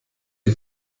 die